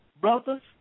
brothers